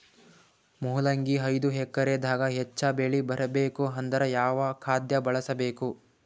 ಮೊಲಂಗಿ ಐದು ಎಕರೆ ದಾಗ ಹೆಚ್ಚ ಬೆಳಿ ಬರಬೇಕು ಅಂದರ ಯಾವ ಖಾದ್ಯ ಬಳಸಬೇಕು?